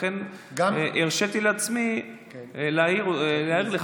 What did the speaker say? לכן הרשיתי לעצמי להעיר לך,